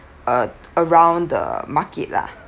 uh around the market lah